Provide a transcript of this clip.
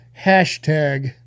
hashtag